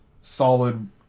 solid